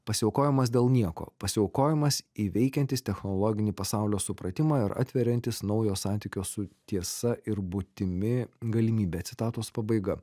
pasiaukojimas dėl nieko pasiaukojimas įveikiantis technologinį pasaulio supratimą ir atveriantis naujo santykio su tiesa ir būtimi galimybę citatos pabaiga